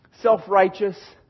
self-righteous